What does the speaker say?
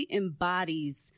embodies